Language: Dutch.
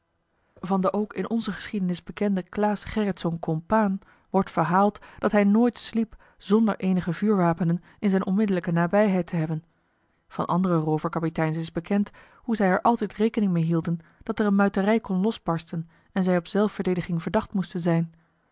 den ook in onze geschiedenis bekenden claes gerritszoon compaen wordt verhaald dat hij nooit sliep zonder eenige vuurwapenen in zijn onmiddellijke nabijheid te hebben van andere rooverkapiteins is bekend hoe zij er altijd rekening mee hielden dat er een muiterij kon losbarsten en zij op zelfverdediging verdacht moesten zijn